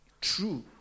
true